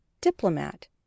diplomat